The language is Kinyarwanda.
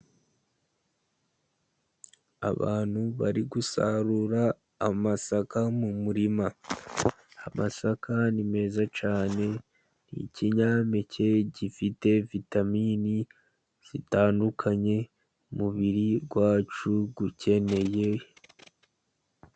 Abantu bari gusarura amasaka mu murima. Amasaka ni meza cyane, ikinyampeke gifite vitamini zitandukanye umubiri wacu ukeneye.